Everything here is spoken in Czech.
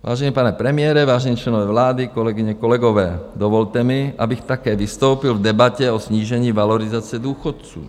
Vážený pane premiére, vážení členové vlády, kolegyně, kolegové, dvolte mi, abych také vystoupil v debatě o snížení valorizace důchodů.